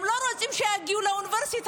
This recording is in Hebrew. הם לא רוצים שיגיעו לאוניברסיטה,